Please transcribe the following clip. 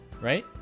Right